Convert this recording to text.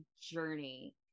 journey